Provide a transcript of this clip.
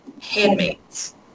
handmaids